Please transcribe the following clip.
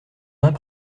mains